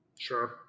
Sure